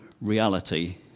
reality